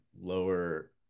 lower